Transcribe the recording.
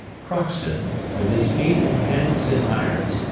crockston, with his feet and hands in irons,